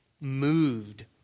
moved